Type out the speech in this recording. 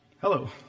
Hello